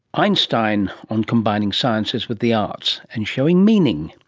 einstein on combining sciences with the arts and showing meaning.